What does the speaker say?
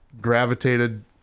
gravitated